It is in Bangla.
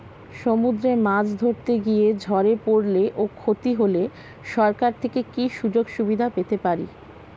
সমুদ্রে মাছ ধরতে গিয়ে ঝড়ে পরলে ও ক্ষতি হলে সরকার থেকে কি সুযোগ সুবিধা পেতে পারি?